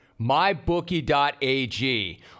Mybookie.ag